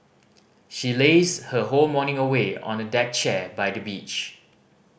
she lazed her whole morning away on a deck chair by the beach